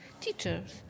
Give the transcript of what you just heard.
teachers